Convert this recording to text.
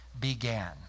began